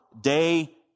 Day